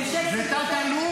את ממשלת --- זה תת-אלוף,